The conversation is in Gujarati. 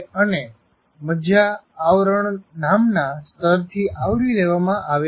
અને મજ્જા આવરણ નામના સ્તરથી આવરી લેવામાં આવે છે